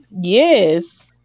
Yes